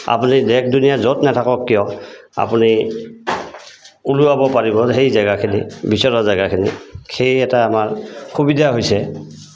আপুনি দেশ দুুনীয়া য'ত নাথাকক কিয় আপুনি উলিয়াব পাৰিব সেই জেগাখিনি বিচৰা জেগাখিনি সেই এটা আমাৰ সুবিধা হৈছে